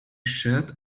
shirt